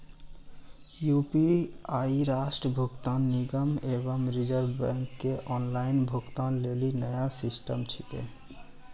UPI राष्ट्रीय भुगतान निगम एवं रिज़र्व बैंक के ऑनलाइन भुगतान लेली नया सिस्टम छिकै